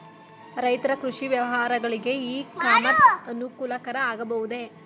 ರೈತರ ಕೃಷಿ ವ್ಯವಹಾರಗಳಿಗೆ ಇ ಕಾಮರ್ಸ್ ಅನುಕೂಲಕರ ಆಗಬಹುದೇ?